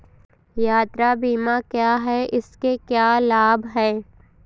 यात्रा बीमा क्या है इसके क्या लाभ हैं?